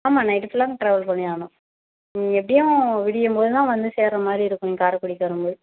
ஆமாம் நைட்டு ஃபுல்லாக ட்ராவல் பண்ணியாவணும் நீ எப்படியும் விடியம்போது தான் வந்து சேர்ற மாதிரி இருக்கும் நீ காரைக்குடிக்கு வரம்போது